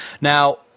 Now